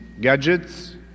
gadgets